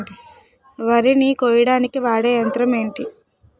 వరి ని కోయడానికి వాడే యంత్రం ఏంటి?